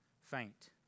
faint